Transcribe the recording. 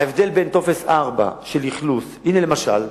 ההבדל בין טופס 4 של אכלוס, הנה למשל,